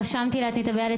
רשמתי לעצמי את הבעיה.